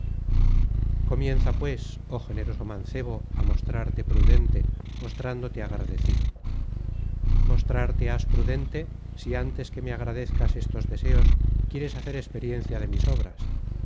comienza pues oh generoso mancebo á mostrarte prudente mostrándote agradecido mostrarte has prudente si antes que me agradezcas estos deseos quisieres hacer experiencia de mis obras